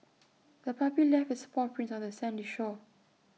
the puppy left its paw prints on the sandy shore